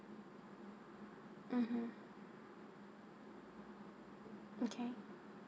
mmhmm okay